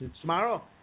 Tomorrow